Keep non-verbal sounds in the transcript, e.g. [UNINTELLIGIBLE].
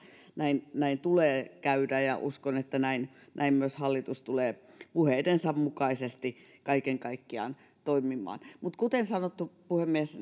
näin näin tulee käydä ja uskon että näin näin myös hallitus tulee puheidensa mukaisesti kaiken kaikkiaan toimimaan mutta kuten sanottu puhemies [UNINTELLIGIBLE]